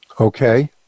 Okay